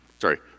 sorry